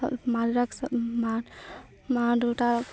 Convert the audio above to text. মা দেউতা মা মা দেউতাক